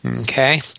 Okay